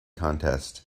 contest